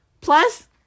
Plus